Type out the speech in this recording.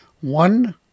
One